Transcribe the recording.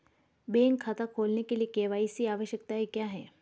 Bank खाता खोलने के लिए के.वाई.सी आवश्यकताएं क्या हैं?